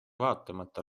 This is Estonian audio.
vaatamata